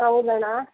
ಹೌದಣ್ಣ